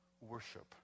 worship